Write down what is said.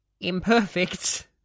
imperfect